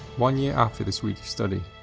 one year after the swedish study.